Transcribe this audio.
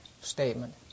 statement